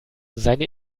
seine